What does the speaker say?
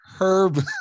Herb